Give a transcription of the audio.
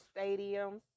stadiums